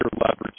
leverage